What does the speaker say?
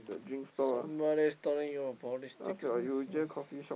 somebody studying your politics